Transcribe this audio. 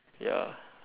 ya